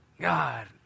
God